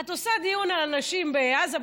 את עושה דיון על אנשים בעזה,